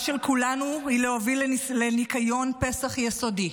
של כולנו היא להוביל לניקיון פסח יסודי,